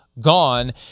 gone